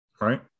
right